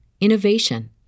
innovation